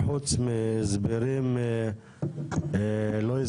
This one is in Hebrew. קו אדום, לכן אתם תתקעו אותו.